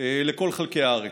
בכל חלקי הארץ.